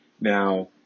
now